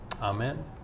Amen